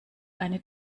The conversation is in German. eine